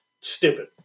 Stupid